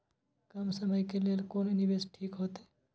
कम समय के लेल कोन निवेश ठीक होते?